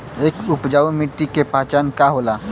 एक उपजाऊ मिट्टी के पहचान का होला?